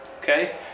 okay